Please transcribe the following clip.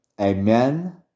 Amen